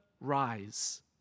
rise